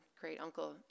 great-uncle